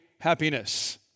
happiness